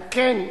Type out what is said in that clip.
על כן,